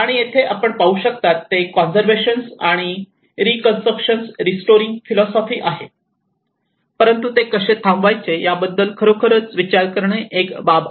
आणि येथे आपण जे पाहू शकता ते कॉन्सर्व्हशन आणि रेकॉन्स्ट्रूक्टिव रिस्टोरिंग फिलॉसॉफी आहे परंतु ते कसे थांबवायचे त्याबद्दल खरोखर विचार करणे ही एक बाब आहे